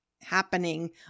happening